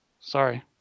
Sorry